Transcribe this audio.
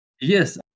yes